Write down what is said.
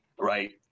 Right